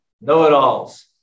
know-it-alls